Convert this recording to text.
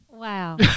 Wow